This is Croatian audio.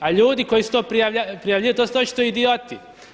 A ljudi koji su to prijavljivali to su očito idioti.